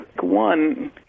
one